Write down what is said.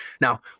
Now